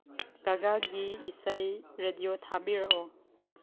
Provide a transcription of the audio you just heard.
ꯒꯒꯥꯒꯤ ꯏꯁꯩ ꯔꯦꯗꯤꯑꯣ ꯊꯥꯕꯤꯔꯛꯎ